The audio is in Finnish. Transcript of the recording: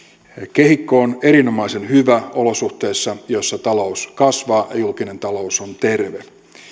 kehikko on erinomaisen hyvä olosuhteissa joissa talous kasvaa ja julkinen talous on terve